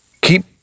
keep